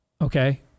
Okay